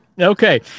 Okay